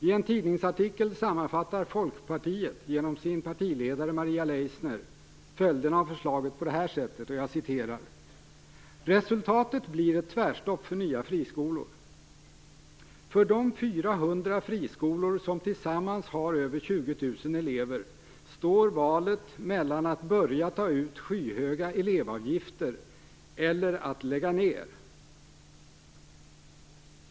I en tidningsartikel sammanfattar Folkpartiet, genom sin partiledare Maria Leissner, följderna av förslaget på det här sättet: "Resultatet blir ett tvärstopp för nya friskolor. För de fyra hundra friskolor som tillsammans har över tjugotusen elever står valet mellan att börja ta ut skyhöga elevavgifter eller att lägga ner."